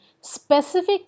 specific